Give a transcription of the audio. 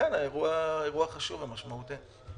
לכן האירוע הוא חשוב ומשמעותי.